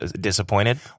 disappointed